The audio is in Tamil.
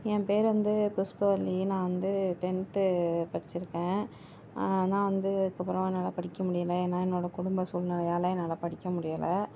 என் பேர் வந்து புஷ்பவள்ளி நான் வந்து டென்த்து படிச்சுருக்கேன் ஆனால் வந்து அதுக்கப்புறம் என்னால் படிக்க முடியல ஏன்னால் என்னோட குடும்ப சூழ்நிலையால என்னால் படிக்க முடியலை